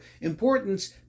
importance